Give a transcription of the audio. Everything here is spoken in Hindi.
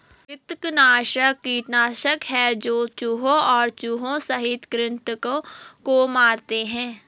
कृंतकनाशक कीटनाशक है जो चूहों और चूहों सहित कृन्तकों को मारते है